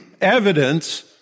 evidence